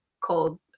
called